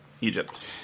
Egypt